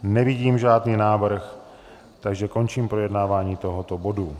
Nevidím žádný návrh, končím projednávání tohoto bodu.